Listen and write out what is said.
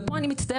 ופה אני מצטערת,